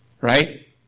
Right